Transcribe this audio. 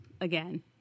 Again